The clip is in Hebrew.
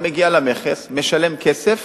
משלם כסף.